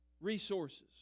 resources